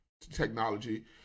technology